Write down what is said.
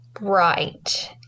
Right